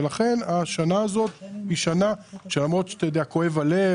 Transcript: ולכן השנה הזאת היא שנה שלמרות שכואב הלב,